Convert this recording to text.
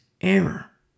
error